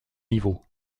niveau